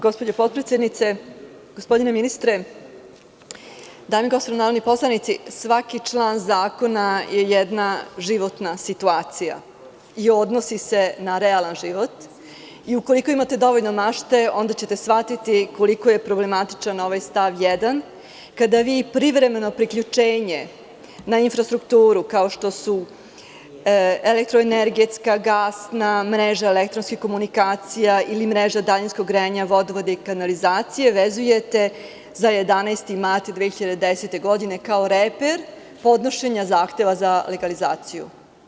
Gospođo potpredsednice, gospodine ministre, dame i gospodo narodni poslanici, svaki član zakona je jedna životna situacija i odnosi se na realan život i ukoliko imate dovoljno mašte onda ćete shvatiti koliko je problematičan ovaj stav 1, kada vi privremeno priključenje na infrastrukturu, kao što su elektroenergetska, gasna, mreža elektronskih komunikacija ili mreža daljinskog grejanja, vodovoda i kanalizacije, vezujete za 11. mart 2010. godine kao reper podnošenja zahteva za legalizaciju.